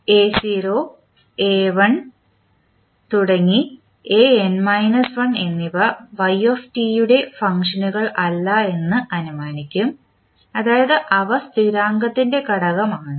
A0 a1 an 1 എന്നിവ y ന്റെ ഫങ്ക്ഷനുകൾ അല്ല എന്ന് അനുമാനിക്കും അതായത് അവ സ്ഥിരാങ്കത്തിന്റെ ഘടകം ആണ്